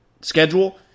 schedule